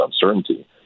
uncertainty